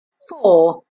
four